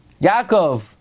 Yaakov